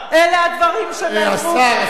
את פשוט מסיתה.